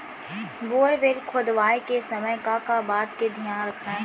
Borewell खोदवाए के समय का का बात के धियान रखना हे?